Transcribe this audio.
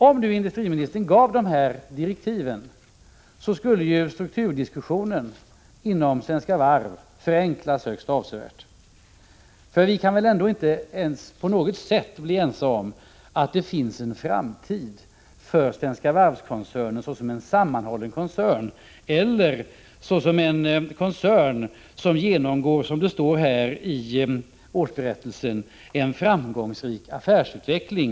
Om industriministern gav dessa direktiv, skulle strukturdiskussionen inom Svenska Varv förenklas högst avsevärt. Jag utgår från att vi inte kan bli ense om huruvida det finns en framtid för Svenska Varv-koncernen såsom en sammanhållen koncern eller såsom en koncern vilken genomgår, som det står i årsberättelsen, en ”framgångsrik affärsutveckling”.